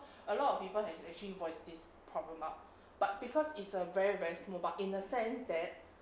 a lot of people has actually voice this problem up but because it's a very very small but in a sense that